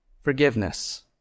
Forgiveness